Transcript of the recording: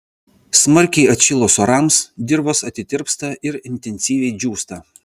smarkiai atšilus orams dirvos atitirpsta ir intensyviai džiūsta